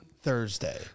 Thursday